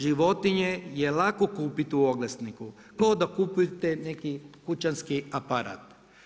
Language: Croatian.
Životinje je lako kupiti u oglasniku kao da kupite neki kućanski aparat.